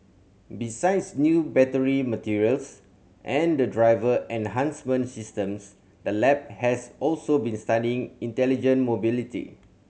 besides new battery materials and driver enhancement systems the lab has also been studying intelligent mobility